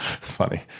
Funny